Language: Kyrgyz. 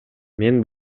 мен